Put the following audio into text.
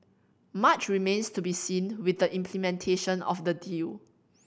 much remains to be seen with the implementation of the deal